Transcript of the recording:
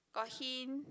got hint